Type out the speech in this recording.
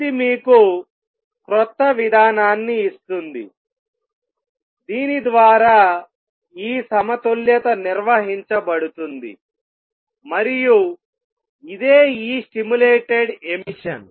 ఇది మీకు క్రొత్త విధానాన్నిఇస్తుంది దీని ద్వారా ఈ సమతుల్యత నిర్వహించబడుతుంది మరియు ఇదే ఈ స్టిములేటెడ్ ఎమిషన్